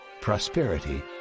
prosperity